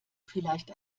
vielleicht